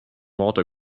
water